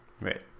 right